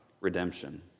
redemption